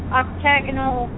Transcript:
octagonal